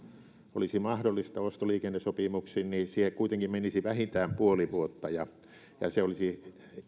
olisi mahdollista ostoliikennesopimuksin siihen kuitenkin menisi vähintään puoli vuotta ja se olisi